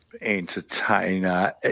entertainer